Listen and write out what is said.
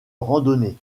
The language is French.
randonnées